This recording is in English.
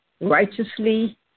righteously